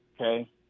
Okay